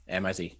miz